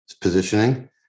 positioning